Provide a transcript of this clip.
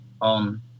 on